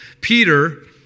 Peter